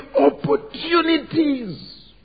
opportunities